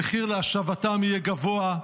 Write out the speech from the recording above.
המחיר להשבתם יהיה גבוה,